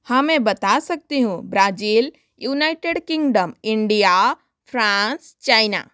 हाँ मैं बता सकती हूँ Brazil United Kingdom India France China